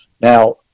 Now